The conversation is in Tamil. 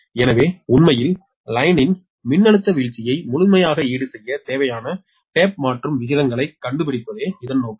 எனவே உண்மையில் லைனின் மின்னழுத்த வீழ்ச்சியை முழுமையாக ஈடுசெய்ய தேவையான டேப் மாற்றும் விகிதங்களைக் கண்டுபிடிப்பதே இதன் நோக்கம்